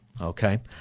okay